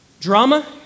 drama